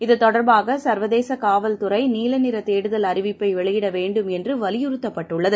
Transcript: இது தொடர்பாகசர்வதேசகாவல் துறைநீலநிறதேடுதல் அறிவிப்பைவெளியிடவேண்டும் என்றுவலியுறுத்தப்பட்டுள்ளது